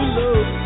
love